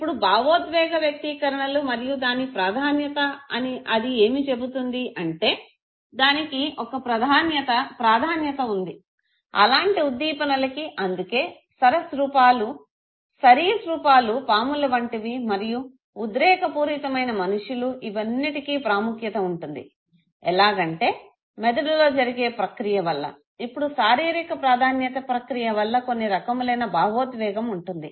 ఇప్పుడు భావోద్వేగ వ్యక్తీకరణలు మరియు దాని ప్రాధాన్యత అది ఏమి చెబుతుంది అంటే దానికి ఒక ప్రాధాన్య తఉంది అలాంటి ఉద్ధీపనలకి అందుకే సరీసృపాలు పాముల వంటి మరియు వుద్రేకపూరితమైన మనుష్యులు ఇవన్నిటికీ ప్రాముఖ్యత ఉంటుంది ఎలాగంటే మెదడులో జరిగే ప్రక్రియ వల్ల ఇప్పుడు శారీరిక ప్రాధాన్యత ప్రక్రియ వల్ల కొన్ని రకములైన భావోద్వేగం ఉంటుంది